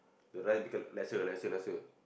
the rice become lesser lesser lesser